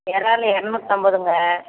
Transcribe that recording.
இறாலு இரநூத்தம்பதுங்க